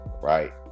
right